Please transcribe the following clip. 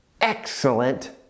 excellent